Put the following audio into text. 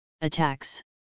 attacks